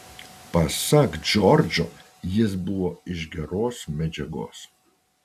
pasak džordžo jis buvo iš geros medžiagos